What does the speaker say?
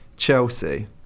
Chelsea